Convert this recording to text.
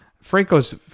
Franco's